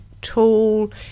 tool